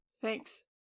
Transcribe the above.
Thanks